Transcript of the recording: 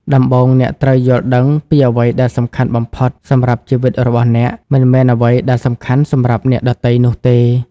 ដំបូង អ្នកត្រូវយល់ដឹងពីអ្វីដែលសំខាន់បំផុតសម្រាប់ជីវិតរបស់អ្នក មិនមែនអ្វីដែលសំខាន់សម្រាប់អ្នកដទៃនោះទេ។